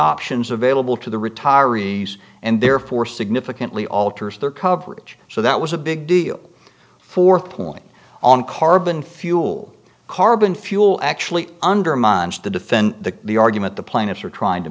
options available to the retirees and therefore significantly alters their coverage so that was a big deal for point on carbon fuel carbon fuel actually undermines to defend the the argument the plaintiffs are trying to